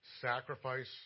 Sacrifice